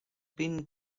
been